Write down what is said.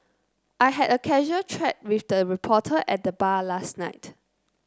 I had a casual chat with a reporter at the bar last night